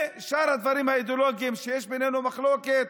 ועל שאר הדברים האידיאולוגיים שבהם יש בינינו מחלוקת,